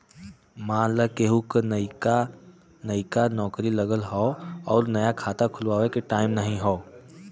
मान ला केहू क नइका नइका नौकरी लगल हौ अउर नया खाता खुल्वावे के टाइम नाही हौ